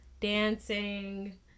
dancing